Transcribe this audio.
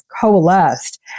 coalesced